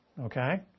Okay